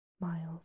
miles